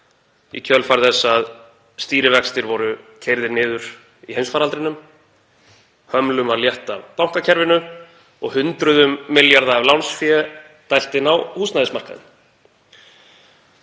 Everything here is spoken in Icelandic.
í kjölfar þess að stýrivextir voru keyrðir niður í heimsfaraldrinum, hömlum var létt af bankakerfinu og hundruðum milljarða af lánsfé dælt inn á húsnæðismarkaðinn.